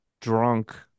drunk